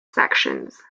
sections